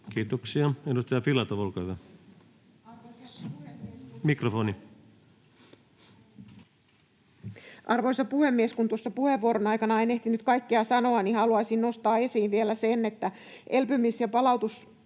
mikrofonin ollessa suljettuna] Arvoisa puhemies! Kun tuossa puheenvuoron aikana en ehtinyt kaikkea sanoa, niin haluaisin nostaa esiin vielä sen, että elpymis- ja palautussuunnitelman